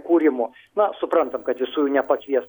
kūrimo na suprantam kad visų jų nepakvies